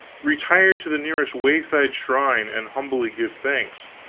retire to the nearest wayside shrine and humbly give thanks,